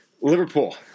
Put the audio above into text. Liverpool